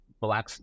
black